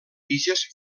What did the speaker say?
tiges